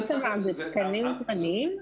איתמר, אלה תקנים זמניים?